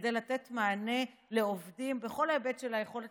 וכדי לתת מענה לעובדים בכל היבט של היכולת